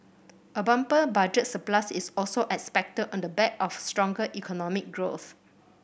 a bumper Budget surplus is also expected on the back of stronger economic growth